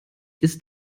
ist